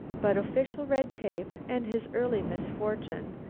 but official red tape, and his early misfortune.